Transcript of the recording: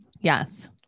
Yes